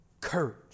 Courage